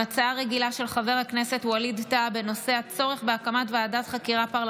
ההצעה להעביר את הצעת חוק הספורט (תיקון,